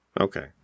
Okay